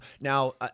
Now